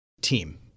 team